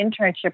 internship